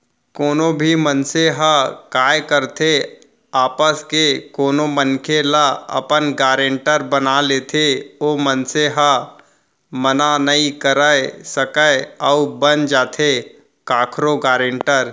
कोनो भी मनसे ह काय करथे आपस के कोनो मनखे ल अपन गारेंटर बना लेथे ओ मनसे ह मना नइ कर सकय अउ बन जाथे कखरो गारेंटर